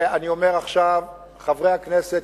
חבר הכנסת,